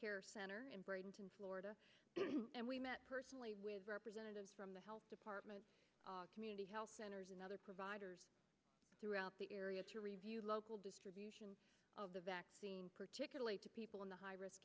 care center in brenton florida and we met personally with representatives from the health department community health centers and other providers throughout the area to review local distribution of the vaccine particularly to people in the high risk